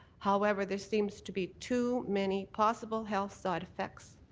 however, this seems to be too many possible health side effects